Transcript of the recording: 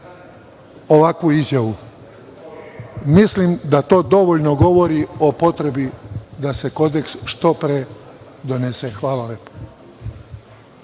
ovakvu izjavu. Mislim da to dovoljno govori o potrebi da se Kodeks što pre donese. Hvala lepo.